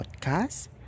podcast